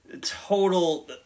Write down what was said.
total